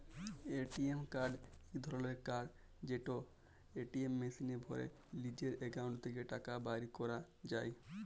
ATM card ইক ধরলের card যেট এটিএম মেশিলে ভ্যরে লিজের একাউল্ট থ্যাকে টাকা বাইর ক্যরা যায়